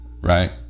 right